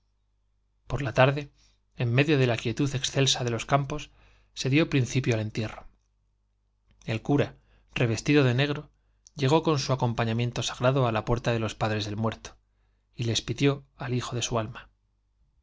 por la tarde en medio de la quietud excelsa de los campos s dió principio al entierro el cura revés tido de negro llegó con su acompañamiento sagrado á la puerta de los padres del muerto y les pidió al hijo de su alma